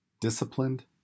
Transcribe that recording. disciplined